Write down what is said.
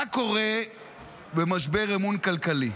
מה קורה במשבר אמון כלכלי?